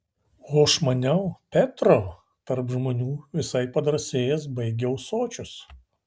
o aš maniau petro tarp žmonių visai padrąsėjęs baigia ūsočius